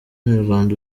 nyarwanda